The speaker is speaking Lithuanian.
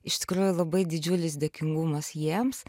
iš tikrųjų labai didžiulis dėkingumas jiems